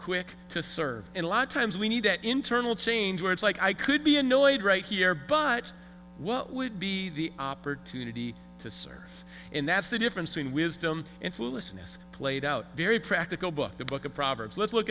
quick to serve in a lot of times we need that internal change where it's like i could be annoyed right here but what would be the opportunity to serve and that's the difference in wisdom and foolishness played out very practical book the book of proverbs let's look